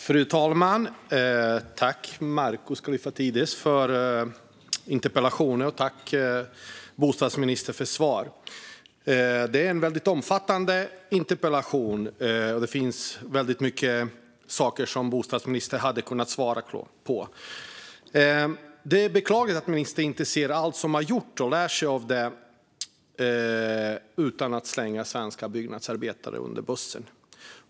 Fru talman! Tack, Markus Kallifatides, för interpellationen, och tack, bostadsministern, för svaret! Det är en omfattande interpellation, och det finns många saker som bostadsministern hade kunnat svara på. Det är beklagligt att ministern inte ser allt som har gjorts och lär sig av det utan att slänga svenska byggnadsarbetare under bussen.